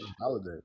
Holiday